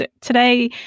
today